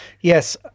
Yes